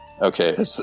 okay